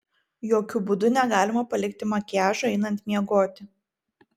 jokiu būdu negalima palikti makiažo einant miegoti